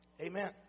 Amen